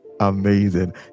amazing